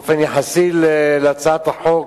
באופן יחסי, בהצעת החוק,